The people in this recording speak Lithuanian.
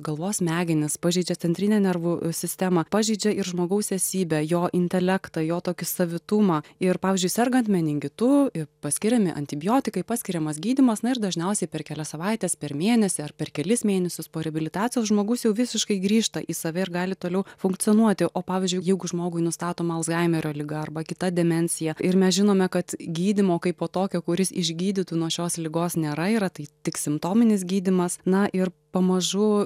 galvos smegenis pažeidžia centrinę nervų sistemą pažeidžia ir žmogaus esybę jo intelektą jo tokį savitumą ir pavyzdžiui sergant meningitu paskiriami antibiotikai paskiriamas gydymas na ir dažniausiai per kelias savaites per mėnesį ar per kelis mėnesius po reabilitacijos žmogus jau visiškai grįžta į save ir gali toliau funkcionuoti o pavyzdžiui jeigu žmogui nustatoma alzheimerio liga arba kita demensija ir mes žinome kad gydymo kai po tokio kuris išgydytų nuo šios ligos nėra yra tai tik simptominis gydymas na ir pamažu